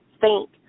thank